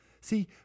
See